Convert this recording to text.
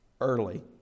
Early